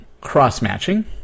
cross-matching